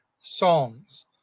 songs